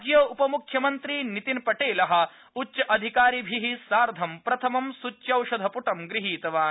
राज्य उपमुख्यमन्त्री नितिनपटेलः उच्च अधिकारिभिः सार्धं प्रथमं सूच्यौषधपुर्ट गृहतीवान्